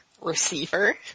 receiver